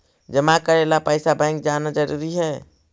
जमा करे ला पैसा बैंक जाना जरूरी है?